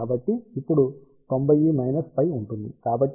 కాబట్టి ఈ ఇప్పుడు 90 φ ఉంటుంది